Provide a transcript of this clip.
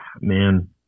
man